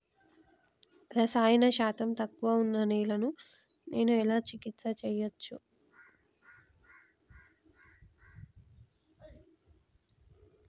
రసాయన శాతం తక్కువ ఉన్న నేలను నేను ఎలా చికిత్స చేయచ్చు?